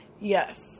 Yes